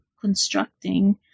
constructing